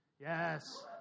Yes